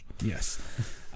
Yes